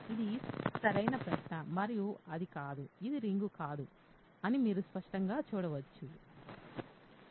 ఇది సరైన ప్రశ్న మరియు అది కాదు ఇది రింగ్ కాదు అని మీరు స్పష్టంగా చూడవచ్చు